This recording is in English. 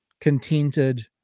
contented